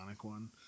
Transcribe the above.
one